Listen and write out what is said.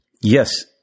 Yes